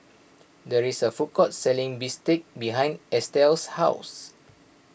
there is a food court selling Bistake behind Estell's house